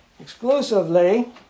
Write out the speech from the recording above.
exclusively